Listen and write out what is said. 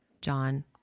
John